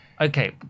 Okay